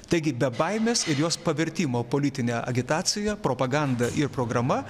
taigi be baimės ir jos pavertimo politine agitacija propaganda ir programa